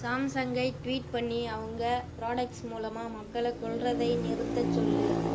சாம்சங்கை tweet பண்ணி அவங்கள் products மூலமாக மக்களை கொல்வதை நிறுத்த சொல்